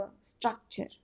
structure